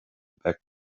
back